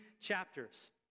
chapters